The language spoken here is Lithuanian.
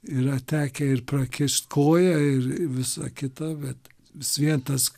yra tekę ir prakišt koją ir visa kita bet vis vien tas